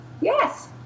Yes